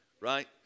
right